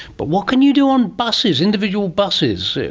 but what can you do on buses, individual buses?